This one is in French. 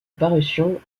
parution